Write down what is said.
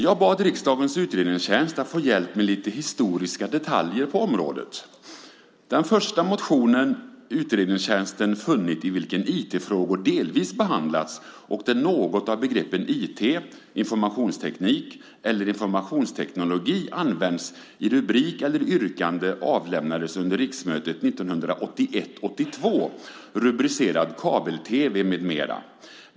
Jag bad riksdagens utredningstjänst om hjälp med lite historiska detaljer på området. Den första motion som utredningstjänsten har funnit i vilken IT-frågor delvis behandlats och där något av begreppen IT, informationsteknik eller informationsteknologi använts i rubrik eller yrkande avlämnades under riksmötet 1981/82 med en rubrik om kabel-tv.